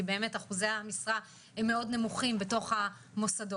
כי באמת אחוזי המשרה הם מאוד נמוכים בתוך המוסדות,